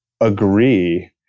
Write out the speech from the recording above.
agree